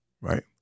right